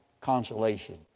consolation